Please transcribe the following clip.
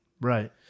right